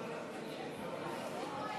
אף אחד לא אמר ועדת הכנסת.